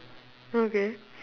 okay